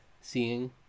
seeing